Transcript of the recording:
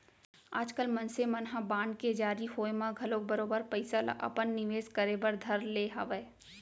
आजकाल मनसे मन ह बांड के जारी होय म घलौक बरोबर पइसा ल अपन निवेस करे बर धर ले हवय